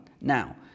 Now